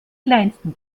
kleinsten